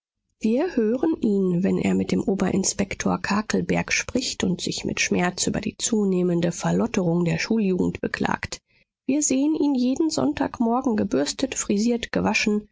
wir hören ihn wenn er mit dem oberinspektor kakelberg spricht und sich mit schmerz über die zunehmende verlotterung der schuljugend beklagt wir sehen ihn jeden sonntagmorgen gebürstet frisiert gewaschen